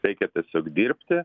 reikia tiesiog dirbti